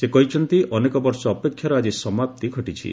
ସେ କହିଛନ୍ତି ଅନେକ ବର୍ଷ ଅପେକ୍ଷାର ଆଜି ସମାପ୍ତି ଘଟିଛି